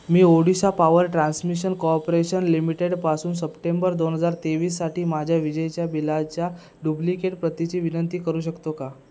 मी Odisha power transmission corporation लिमिटेडपासून September दोन हजार तेवीससाठी माझ्या विजेच्या बिलाच्या डुप्लिकेट प्रतीची विनंती करू शकतो का